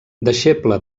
deixeble